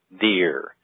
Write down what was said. deer